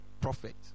prophet